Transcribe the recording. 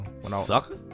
sucker